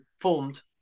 formed